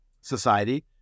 society